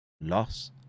loss